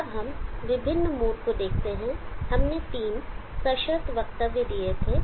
अब हम विभिन्न मोड को देखते हैं हमने 3 सशर्त वक्तव्य दिए थे